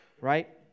Right